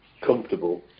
comfortable